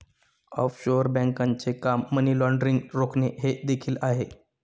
offshore बँकांचे काम money laundering रोखणे हे देखील आहे